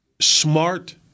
Smart